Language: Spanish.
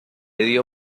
dio